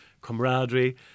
camaraderie